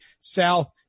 South